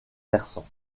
versant